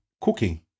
cooking